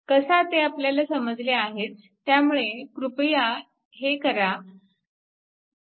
कसा ते आपल्याला समजले आहेच त्यामुळे कृपया हे करा